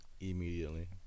Immediately